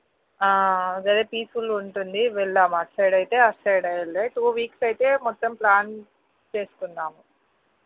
very పీస్ఫుల్గా ఉంటుంది వెళ్దాం అటు సైడైతే అటు సైడే వెళ్ళి టూ వీక్స్ అయితే మొత్తం ప్లాన్ చేసుకుందాం